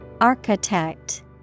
Architect